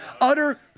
utter